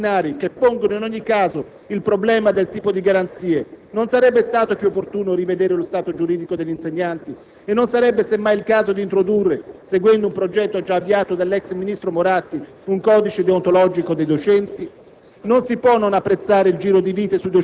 Ma allora, trattandosi di sanzioni disciplinari che pongono in ogni caso il problema del tipo di garanzie, non sarebbe stato più opportuno rivedere lo stato giuridico degli insegnanti? E non sarebbe semmai il caso di introdurre - seguendo un progetto già avviato dall'ex ministro Moratti - un codice deontologico dei docenti?